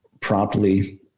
promptly